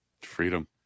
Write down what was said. Freedom